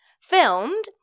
Filmed